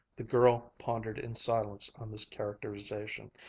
the girl pondered in silence on this characterization.